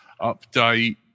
update